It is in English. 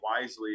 wisely